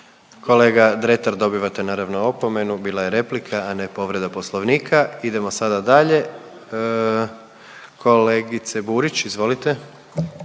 Kolega Dretar dobivate naravno opomenu, bila je replika, a ne povreda Poslovnika. Idemo sada dalje, kolegice Burić, izvolite.